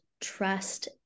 trust